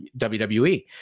WWE